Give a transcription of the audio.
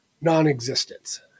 Non-existence